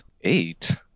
Eight